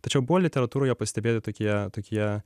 tačiau buvo literatūroje pastebėti tokie tokie